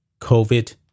COVID